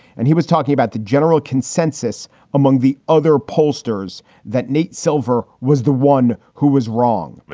and he was talking about the general consensus among the other pollsters that nate silver was the one who was wrong, but